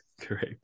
correct